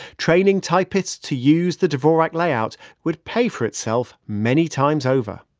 training typists to use the dvorak layout would pay for itself many times over.